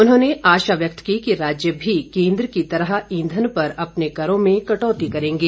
उन्होंने आशा व्यक्त की कि राज्य भी केंद्र की तरह ईंधन पर अपने करों में कटौती करेंगे